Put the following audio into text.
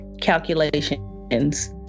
calculations